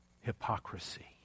hypocrisy